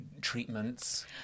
treatments